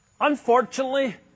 unfortunately